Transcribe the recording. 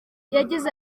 yagize